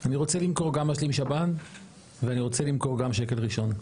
אני רוצה למכור גם משלים שב"ן ואני רוצה למכור גם שקל ראשון.